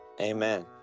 Amen